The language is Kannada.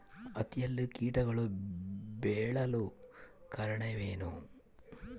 ಹತ್ತಿಯಲ್ಲಿ ಕೇಟಗಳು ಬೇಳಲು ಕಾರಣವೇನು?